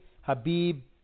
Habib